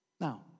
Now